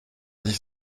dix